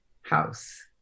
house